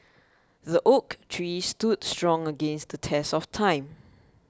the oak tree stood strong against the test of time